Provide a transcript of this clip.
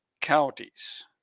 counties